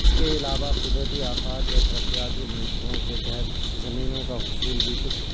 اس کے علاوہ قدرتی آفات یا ترقیاتی منصوبوں کے تحت زمینوں کا حصول بھی کچھ